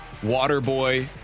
Waterboy